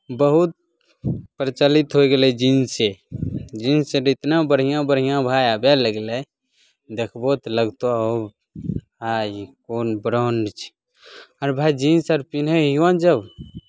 बहुत प्रचलित होइ गेलै जींसे जींस अर इतना बढ़िआँ बढ़िआँ भाय आबय लगलै देखबहु तऽ लगतहु आइ कोन ब्राण्ड छी आर भाय जींस आर पिन्हैयौ जब